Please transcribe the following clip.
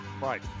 Right